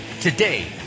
Today